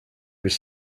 was